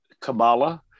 kamala